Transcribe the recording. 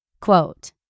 Quote